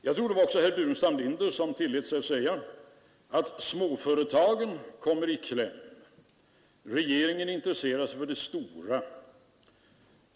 Jag tror att det var herr Burenstam Linder som tillät sig säga att småföretagen kommer i kläm; regeringen intresserar sig för de stora.